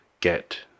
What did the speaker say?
get